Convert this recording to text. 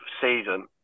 season